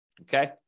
okay